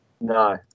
No